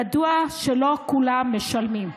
ידוע שלא כולם משלמים.